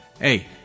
Hey